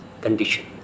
condition